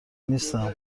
نیستم